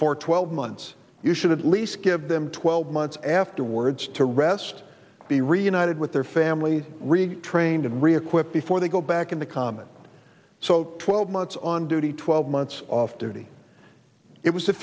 for twelve months you should at least give them twelve months afterwards to rest be reunited with their family retrained and reequipped before they go back into comics so twelve months on duty twelve months off duty it was